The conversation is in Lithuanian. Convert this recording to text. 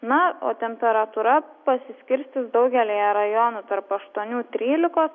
na o temperatūra pasiskirstys daugelyje rajonų tarp aštuonių trylikos